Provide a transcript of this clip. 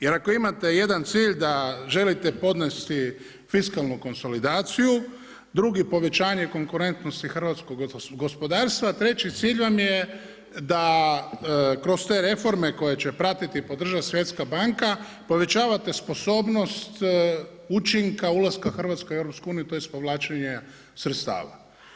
Jer ako imate jedan cilj, da želite podnesti fiskalnu konsolidaciju, drugi povećanje konkurentnosti hrvatskog gospodarstva, treći cilj vam je da kroz te reforme koje će pratiti podrža Svjetska banka, povećavate sposobnost učinka ulaska Hrvatske u EU, tj. povlačenje sredstava.